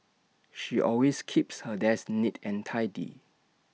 she always keeps her desk neat and tidy